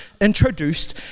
introduced